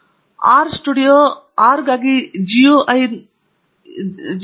R studio R ಗಾಗಿ GUI ನ ಅದ್ಭುತ ತುಣುಕು